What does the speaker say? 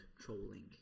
Trolling